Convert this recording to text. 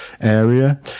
area